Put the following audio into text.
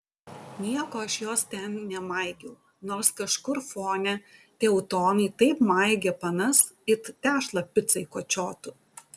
nieko aš jos ten nemaigiau nors kažkur fone teutonai taip maigė panas it tešlą picai kočiotų